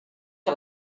que